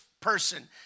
person